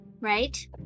right